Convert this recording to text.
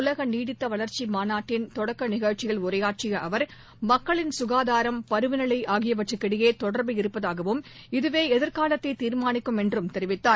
உலகநீடித்தவளர்ச்சிமாநாட்டின் தொடக்கநிகழ்ச்சியில் உரையாற்றியஅவர் சுகாதாரம் பருவநிலைஆகியவற்றுக்கிடையேதொடர்பு இருப்பதாகவும் இதவேஎதிர்காலத்தைதீர்மானிக்கும் என்றும் தெரிவித்தார்